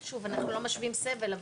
שוב, אנחנו לא משווים סבל.